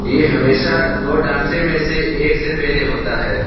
یہ ہمیشہ دو ڈانچے میں سے ایک سے پہلے ہوتا ہے